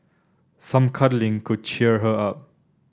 some cuddling could cheer her up